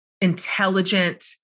intelligent